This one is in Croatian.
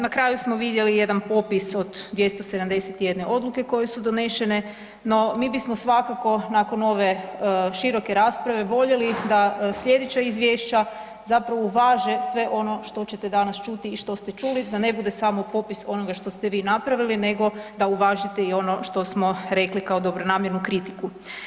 Na kraju smo vidjeli jedna popis od 271 odluke koje su donešene, no, mi bismo svakako nakon ove široke rasprave voljeli da sljedeća izvješća zapravo uvaže sve ono što ćete danas čuti i što ste čuli da ne bude samo popis onoga što ste vi napravili nego da uvažite i ono što smo rekli kao dobronamjernu kritiku.